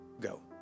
go